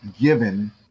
given